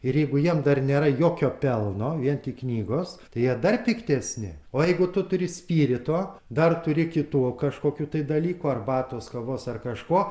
ir jeigu jiem dar nėra jokio pelno vien tik knygos tai jie dar piktesni o jeigu tu turi spirito dar turi kitų kažkokių tai dalykų arbatos kavos ar kažko